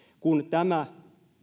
kun tämä